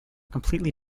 completely